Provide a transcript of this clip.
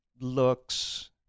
looks